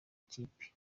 ikipe